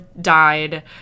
died